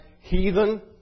heathen